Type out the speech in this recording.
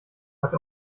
hat